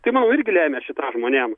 tai manau irgi lemia šį tą žmonėm